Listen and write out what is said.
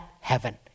heaven